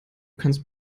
kannst